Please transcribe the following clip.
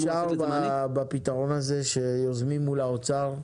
אפשר בפתרון הזה שיוזמים מול האוצר,